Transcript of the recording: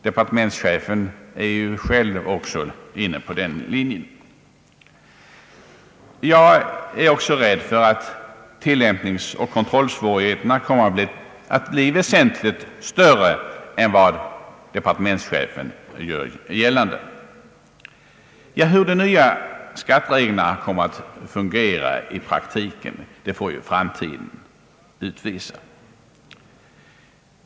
Departementschefen är själv inne på den linjen. Jag är också rädd för att tillämpningsoch kontrollsvårigheterna kommer att bli väsentligt större än vad departementschefen gjort gällande. Hur de nya skattereglerna kommer att fungera i praktiken, får ju framtiden utvisa.